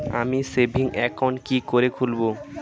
আমি savings account কি করে খুলব?